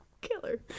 killer